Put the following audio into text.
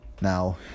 Now